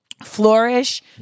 Flourish